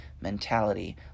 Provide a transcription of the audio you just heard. mentality